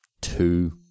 two